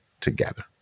together